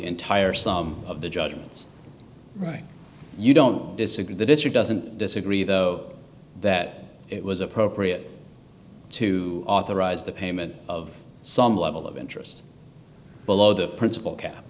entire sum of the judgments right you don't disagree that it's or doesn't disagree though that it was appropriate to authorize the payment of some level of interest below the principal cap